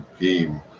game